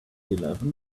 eleven